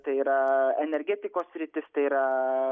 tai yra energetikos sritis tai yra